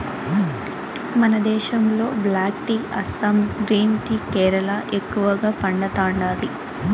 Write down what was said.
మన దేశంలో black tea Assam green tea Kerala ఎక్కువగా పండతాండాది